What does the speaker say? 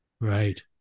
Right